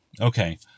Okay